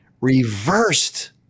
reversed